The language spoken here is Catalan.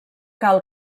cal